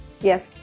yes